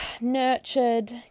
nurtured